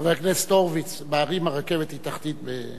חבר הכנסת הורוביץ, בערים הרכבת היא תחתית.